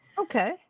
okay